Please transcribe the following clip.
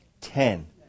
Ten